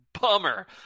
bummer